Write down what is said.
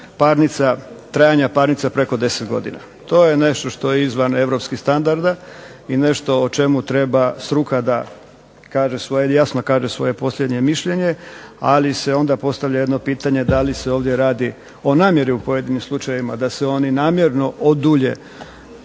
prosjek trajanja parnica preko 10 godina. To je nešto što je izvan europskih standarda i nešto o čemu treba struka da kaže svoje, jasno kaže svoje posljednje mišljenje, ali se onda postavlja jedno pitanje da li se ovdje radi o namjeri u pojedinim slučajevima da se oni namjerno odulje